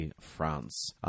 France